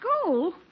School